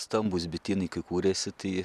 stambūs bitynai kai kūrėsi tai